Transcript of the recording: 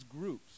groups